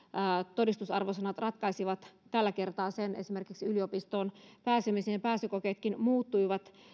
todistusarvosanat ratkaisivat tällä kertaa esimerkiksi yliopistoon pääsemisen ja pääsykokeetkin muuttuivat